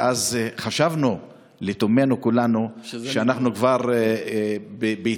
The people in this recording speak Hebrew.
ואז חשבנו לתומנו כולנו שאנחנו כבר ביציאה